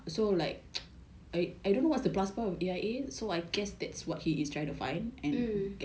mm